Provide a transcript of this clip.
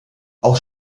auch